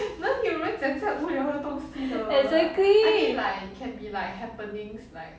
exactly